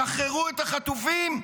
שחררו את החטופים,